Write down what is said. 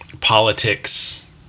politics